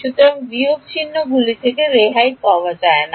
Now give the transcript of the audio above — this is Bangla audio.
সুতরাং বিয়োগ চিহ্নগুলি থেকে রেহাই পাওয়া যায় না